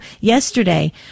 yesterday